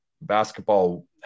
basketball